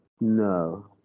no